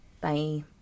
Bye